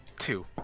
Two